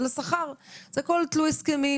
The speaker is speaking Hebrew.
הכול תלוי הסכמים,